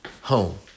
home